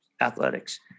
athletics